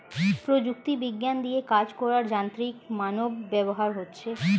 প্রযুক্তি বিজ্ঞান দিয়ে কাজ করার যান্ত্রিক মানব ব্যবহার হচ্ছে